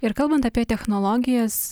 ir kalbant apie technologijas